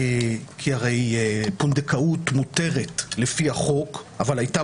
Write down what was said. כי הרי פונדקאות מותרת לפי החוק אבל הייתה